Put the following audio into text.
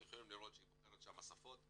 אתם יכולים לראות שהיא בוחרת שם שפות,